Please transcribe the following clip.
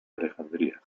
alejandría